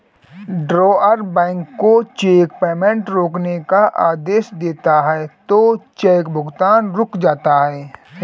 drawer bank को cheque payment रोकने का आदेश देता है तो चेक भुगतान रुक जाता है